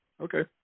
Okay